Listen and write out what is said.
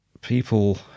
people